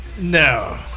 No